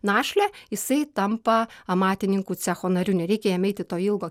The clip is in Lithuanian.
našlę jisai tampa amatininkų cecho nariu nereikia jam eiti to ilgo